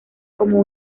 como